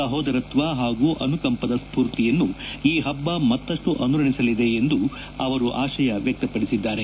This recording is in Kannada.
ಸಹೋದರತ್ವ ಹಾಗೂ ಅನುಕಂಪದ ಸ್ಪೂರ್ತಿಯನ್ನು ಈ ಹಬ್ಬ ಮತ್ತಷ್ಟು ಅನುರಣಿಸಲಿದೆ ಎಂದು ಅವರ ಆಶಯ ವ್ಯಕ್ತಪಡಿಸಿದ್ದಾರೆ